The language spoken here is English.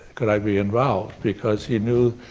could i be involved because he knew,